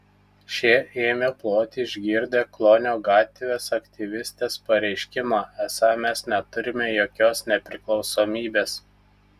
šie ėmė ploti išgirdę klonio gatvės aktyvistės pareiškimą esą mes neturime jokios nepriklausomybės